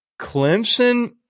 Clemson